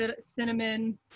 cinnamon